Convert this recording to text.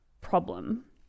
problem